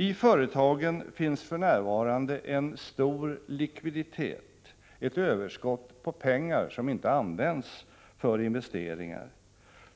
I företagen finns för närvarande en stor likviditet, ett överskott på pengar som inte används för investeringar,